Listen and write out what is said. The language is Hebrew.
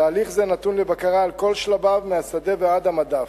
תהליך זה נתון לבקרה על כל שלביו, מהשדה ועד המדף.